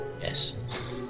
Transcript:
Yes